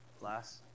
last